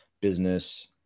business